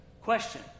Question